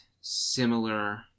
similar